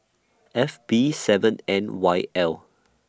F B seven N Y L